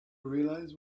realize